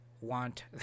want